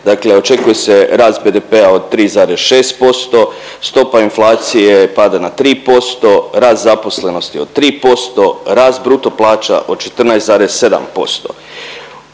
Dakle, očekuje se rast BDP-a od 3,6%, stopa inflacije pada na 3%, rast zaposlenosti od 3%, rast bruto plaća od 14,7%.